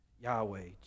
Yahweh